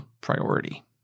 priority